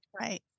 Right